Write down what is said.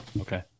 Okay